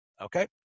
Okay